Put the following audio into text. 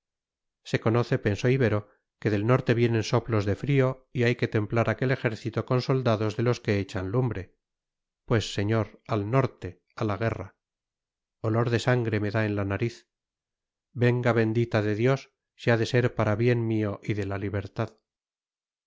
se conoce pensó ibero que del norte vienen soplos de frío y hay que templar aquel ejército con soldados de los que echan lumbre pues señor al norte a la guerra olor de sangre me da en la nariz venga bendita de dios si ha de ser para bien mío y de la libertad